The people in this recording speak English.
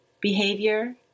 Behavior